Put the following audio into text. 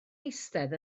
eistedd